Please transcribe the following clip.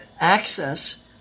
access